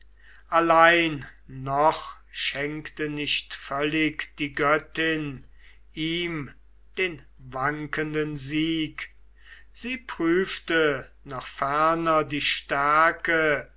allein noch schenkte nicht völlig die göttin ihm den wankenden sieg sie prüfte noch ferner die stärke